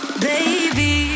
baby